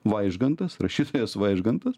vaižgantas rašytojas vaižgantas